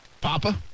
Papa